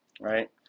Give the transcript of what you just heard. right